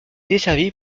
desservie